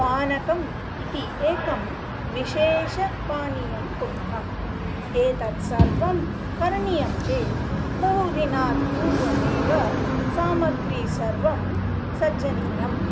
पानकम् इति एकं विशेषं पानीयं कुर्मः एतत्सर्वं करणीयं चेत् बहु दिनात् पूर्वमेव सामग्री सर्वं सज्जनीयम्